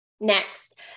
Next